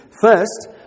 First